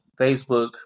Facebook